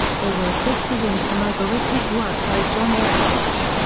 they were assisted in some algorithmic work by john a. koch.